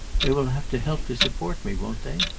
they will have to help to support me, won't they?